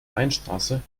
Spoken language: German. weinstraße